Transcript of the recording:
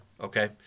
Okay